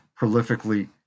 prolifically